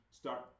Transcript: start